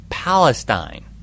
Palestine